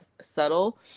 subtle